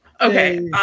Okay